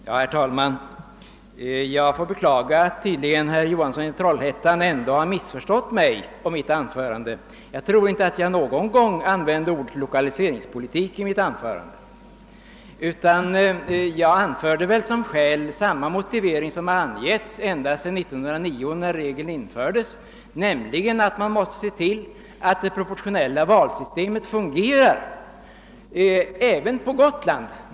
Herr talman! Jag beklagar att herr Johansson i Trollhättan ändå har missförstått mig. Jag tror inte att jag någon gång under mitt anförande använde ordet lokaliseringspolitik, utan jag anförde samma motivering som angivits ända sedan år 1909 när regeln infördes, nämligen att man måste se till att det proportionella valsystemet fungerar även på Gotland.